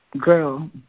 girl